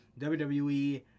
WWE